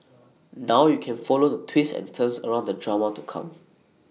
now you can follow the twists and turns around the drama to come